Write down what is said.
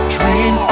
Dream